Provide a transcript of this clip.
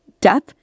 death